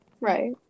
right